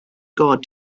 god